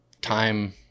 time